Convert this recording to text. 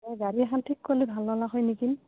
এই গাড়ী এখন ঠিক কৰিলে ভাল হ'ল হয় নেকি